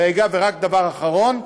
רגע, ורק דבר אחרון: